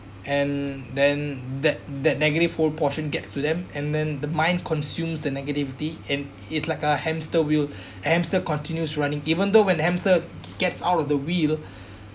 and then that that negative whole portion gets to them and then the mind consumes the negativity and it's like a hamster wheel a hamster continues running even though when the hamster gets out of the wheel